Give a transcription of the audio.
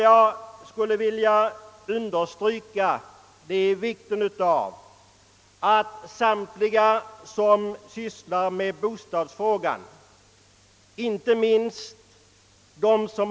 Jag skulle vilja understryka vikten av att alla som sysslar med dessa problem, inte minst de som.